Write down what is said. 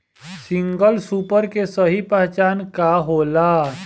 Single super के सही पहचान का होला?